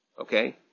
Okay